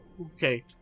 okay